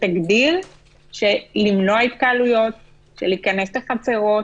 שתגדיר למנוע התקהלויות, להיכנס חצרות,